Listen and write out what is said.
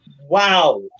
Wow